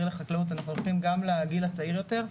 לחקלאות אנחנו הולכים גם לגיל הצעיר יותר,